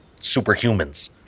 superhumans